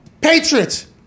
Patriots